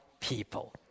people